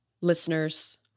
listeners